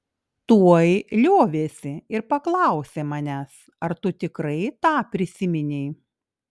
tuoj liovėsi ir paklausė manęs ar tu tikrai tą prisiminei